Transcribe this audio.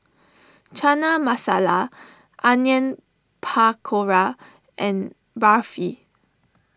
Chana Masala Onion Pakora and Barfi